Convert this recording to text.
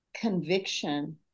conviction